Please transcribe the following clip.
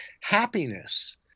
happiness